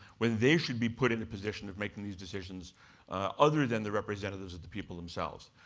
when they should be put in the position of making these decisions other than the representatives of the people themselves.